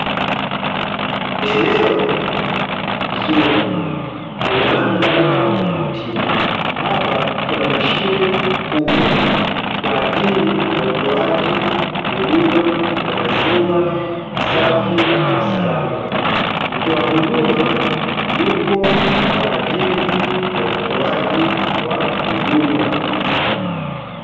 Eneo zuri lenye mandhari ya kuvutia. Hapa kuna mashine kubwa kwajili ya utoaji huduma ya maziwa safi na salama. Mtoa huduma yupo kwajili ya utoaji wa huduma.